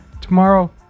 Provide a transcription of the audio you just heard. tomorrow